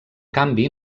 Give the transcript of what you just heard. canvi